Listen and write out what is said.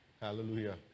hallelujah